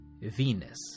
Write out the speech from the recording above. venus